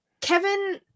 Kevin